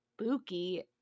spooky